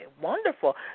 wonderful